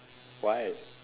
why